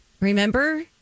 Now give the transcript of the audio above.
Remember